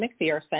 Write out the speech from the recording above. McPherson